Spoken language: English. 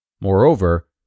Moreover